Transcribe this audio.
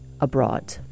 abroad